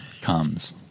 comes